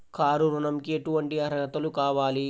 Car ఋణంకి ఎటువంటి అర్హతలు కావాలి?